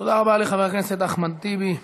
תודה רבה לחבר הכנסת אחמד טיבי.